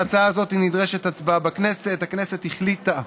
להצעה הזאת נדרשת הצבעה בכנסת: הכנסת החליטה,